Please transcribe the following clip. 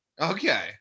Okay